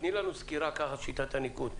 תני לנו סקירה על שיטת הניקוד.